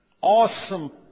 awesome